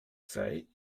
say